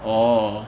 orh